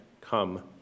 Come